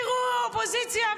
תראו אופוזיציה,